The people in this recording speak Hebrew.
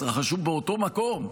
התרחשו באותו מקום,